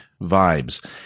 vibes